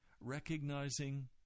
recognizing